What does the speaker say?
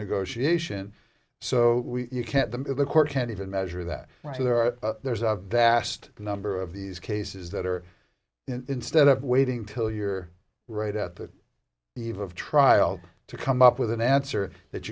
negotiation so you can't them the court can't even measure that there's a vast number of these cases that are instead of waiting till you're right at the eve of trial to come up with an answer that